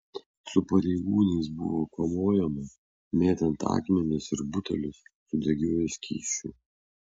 su pareigūnais buvo kovojama mėtant akmenis ir butelius su degiuoju skysčiu